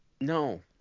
No